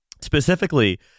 Specifically